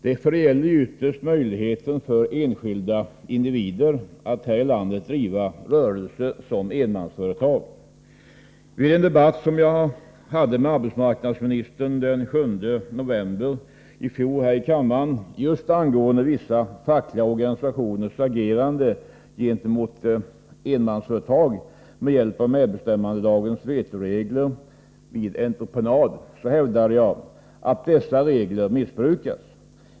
Det gäller ytterst möjligheten för enskilda individer att här i landet driva rörelse som enmansföretag. Vid en debatt här i kammaren som jag hade med arbetsmarknadsministern den 7 november i fjol angående just vissa fackliga organisationers agerande gentemot enmansföretag med hjälp av medbestämmandelagens vetoregler vid entreprenad hävdade jag att dessa regler missbrukas.